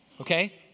okay